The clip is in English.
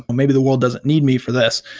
but maybe the world doesn't need me for this.